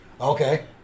okay